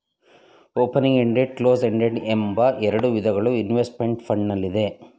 opening ended, closed ended ಎಂಬ ಎರಡು ವಿಧಗಳು ಇನ್ವೆಸ್ತ್ಮೆಂಟ್ ಫಂಡ್ ನಲ್ಲಿದೆ